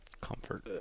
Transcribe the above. comfort